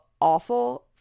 awful